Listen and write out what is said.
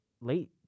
late